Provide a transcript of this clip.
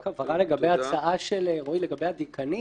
רק הבהרה לגבי ההצעה של רועי לגבי הדיקנים,